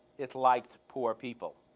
it liked poor people.